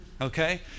okay